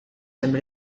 hemm